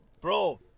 Bro